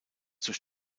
durch